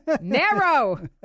Narrow